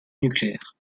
nucléaire